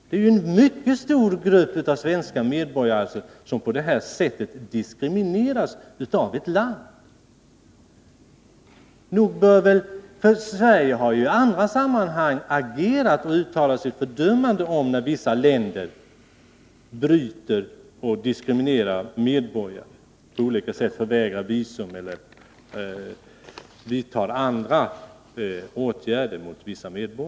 Det är en mycket stor grupp svenska medborgare som på det här sättet diskrimineras av ett annat land. Sverige har i andra sammanhang agerat och uttalat sitt fördömande av när vissa länder bryter mot bestämmelser, diskriminerar medborgare på olika sätt genom att förvägra visum eller vidta andra åtgärder.